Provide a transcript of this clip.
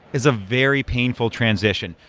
is a very painful transition.